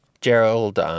Gerald